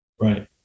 Right